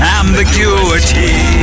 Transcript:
ambiguity